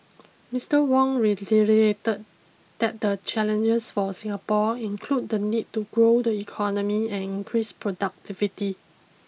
Mister Wong reiterated that the challenges for Singapore include the need to grow the economy and increase productivity